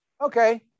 Okay